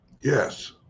yes